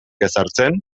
ezartzen